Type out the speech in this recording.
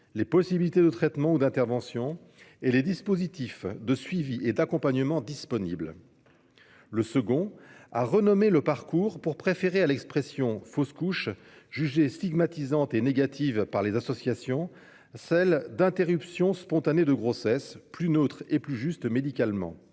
les possibilités de traitement ou d'intervention et les dispositifs de suivi et d'accompagnement disponibles. Le second a renommé les parcours, pour préférer à l'expression « fausse couche », jugée stigmatisante et négative par les associations, celle d'« interruption spontanée de grossesse », plus neutre et plus juste médicalement.